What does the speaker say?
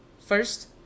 first